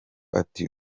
ati